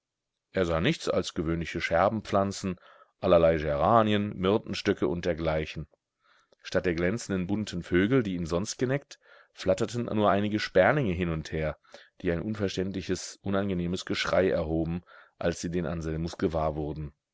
er sah nichts als gewöhnliche scherbenpflanzen allerlei geranien myrtenstöcke u dergl statt der glänzenden bunten vögel die ihn sonst geneckt flatterten nur einige sperlinge hin und her die ein unverständliches unangenehmes geschrei erhoben als sie den anselmus gewahr wurden